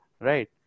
Right